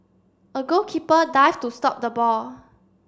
a goalkeeper dived to stop the ball